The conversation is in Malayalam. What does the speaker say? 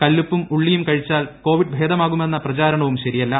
കല്ലുപ്പും ഉള്ളിയും കഴിച്ചാൽ കോവിഡ് ഭേദമാകുമെന്ന പ്രചാരണവും ശരിയല്ല